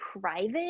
private